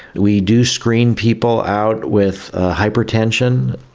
we do screen people out with hypertension,